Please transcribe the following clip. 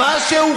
מיקי מכלוף זוהר,